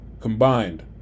Combined